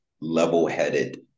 level-headed